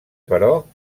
però